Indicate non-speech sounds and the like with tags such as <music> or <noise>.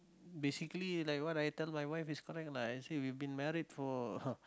basically like what I tell my wife is correct lah I say we been married for <laughs>